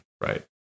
Right